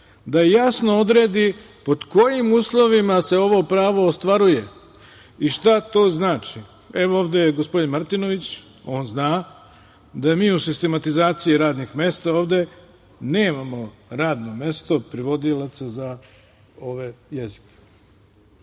da jasno odredi pod kojim uslovima se ovo pravo ostvaruje i šta to znači. Ovde je gospodin Martinović. On zna da mi u sistematizaciji radnih mesta ovde nemamo radno mesto prevodilaca za ove jezike,